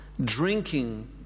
drinking